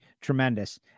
tremendous